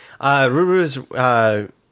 Ruru's